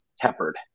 tempered